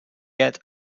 yet